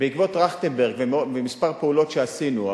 בעקבות טרכטנברג וכמה פעולות שעשינו,